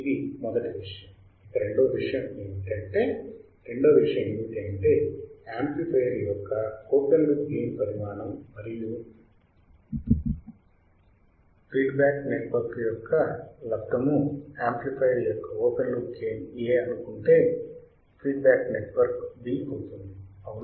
ఇది మొదటి విషయం ఇక రెండవ విషయం ఏమిటంటే రెండవ విషయం ఏమిటంటే యాంప్లిఫైయర్ యొక్క ఓపెన్ లూప్ గెయిన్ పరిమాణం మరియు ఫీడ్బ్యాక్ నెట్వర్క్ యొక్క లబ్దము యాంప్లిఫైయర్ యొక్క ఓపెన్ లూప్ గెయిన్ A అనుకుంటే ఫీడ్బ్యాక్ నెట్వర్క్ β అవుతుంది అవునా